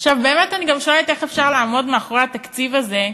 באמת אני גם שואלת איך אפשר לעמוד מאחורי התקציב הזה.